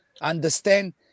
understand